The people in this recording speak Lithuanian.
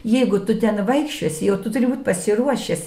jeigu tu ten vaikščiosi jau tu turi būt pasiruošęs